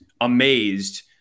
amazed